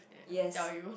yes